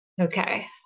Okay